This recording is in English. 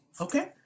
okay